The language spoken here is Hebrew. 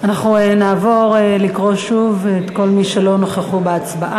אנחנו נעבור לקרוא שוב את שמות כל מי שלא נוכח בהצבעה.